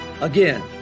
Again